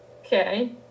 okay